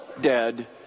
dead